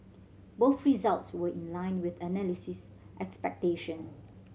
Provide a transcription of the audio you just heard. both results were in line with analyst expectation